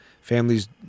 families